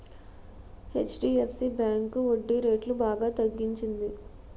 HDFC bank వడ్డీరేట్లు బాగా తగ్గించింది